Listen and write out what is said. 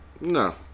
No